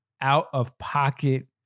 out-of-pocket